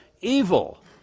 evil